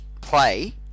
play